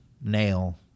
nail